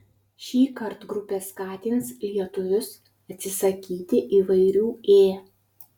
šįkart grupė skatins lietuvius atsisakyti įvairių ė